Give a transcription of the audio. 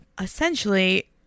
Essentially